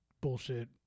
bullshit